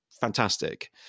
fantastic